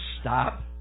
stop